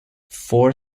four